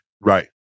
Right